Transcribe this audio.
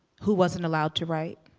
who wasn't allowed to write?